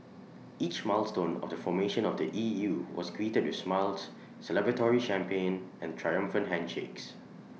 each milestone of the formation of the E U was greeted with smiles celebratory champagne and triumphant handshakes